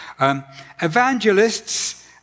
Evangelists